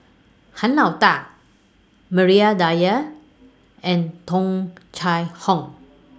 Han Lao DA Maria Dyer and Tung Chye Hong